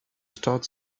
start